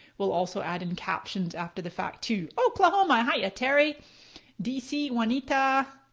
we'll also add in captions after the fact too. oklahoma, hiya terry dc juanita,